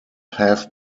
have